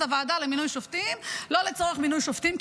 הוועדה לבחירת שופטים לא לצורך מינוי שופטים,